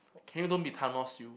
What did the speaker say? can you don't be Thanos you